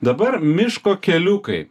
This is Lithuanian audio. dabar miško keliukai